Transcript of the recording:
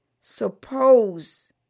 Suppose